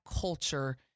culture